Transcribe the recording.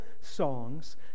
songs